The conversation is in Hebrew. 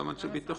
גם אנשי ביטחון.